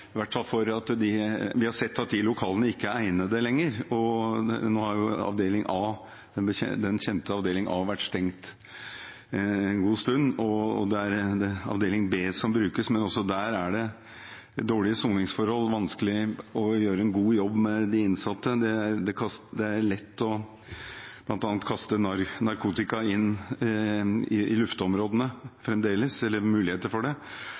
vært stengt en god stund, og det er avdeling B som brukes, men også der er det dårlige soningsforhold og vanskelig å gjøre en god jobb med de innsatte. Det er bl.a. lett å kaste narkotika inn i lufteområdene fremdeles – eller muligheter for det